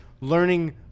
learning